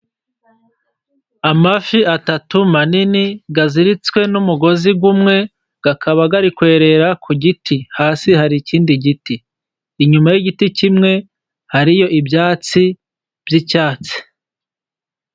Amafi atatu manini, aziritswe n'umugozi umwe, akaba arikwerera ku giti, hasi hari ikindi giti, inyuma y'igiti kimwe hariyo ibyatsi by'icyatsi.